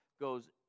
goes